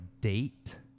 date